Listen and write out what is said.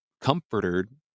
comforted